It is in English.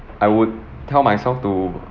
I would tell myself to